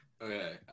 Okay